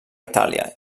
itàlia